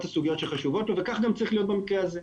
הסוגיות שחשובות לו וכך גם צריך להיות במקרה הזה.